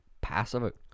passive